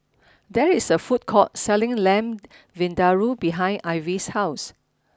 there is a food court selling Lamb Vindaloo behind Ivy's house